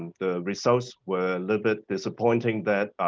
the results were a little bit disappointing that